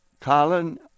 Colin